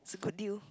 it's a good deal